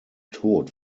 tod